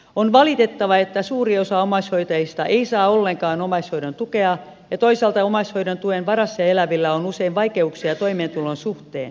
on valitettavaa että suuri osa omaishoitajista ei saa ollenkaan omaishoidon tukea ja toisaalta omaishoidon tuen varassa elävillä on usein vaikeuksia toimeentulon suhteen